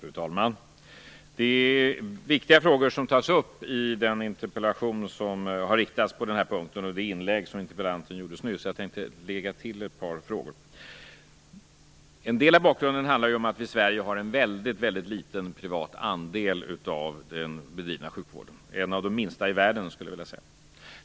Fru talman! Det är viktiga frågor som tas upp i den interpellation som har riktats på den här punkten och i det inlägg som interpellanten gjorde nyss. Jag tänkte lägga till ett par frågor. En del av bakgrunden handlar om att vi i Sverige har en väldigt liten andel privat sjukvård av den bedrivna sjukvården, en av de minsta i världen, skulle jag vilja säga.